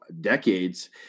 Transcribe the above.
decades